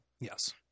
Yes